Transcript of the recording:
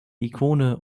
ikone